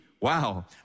Wow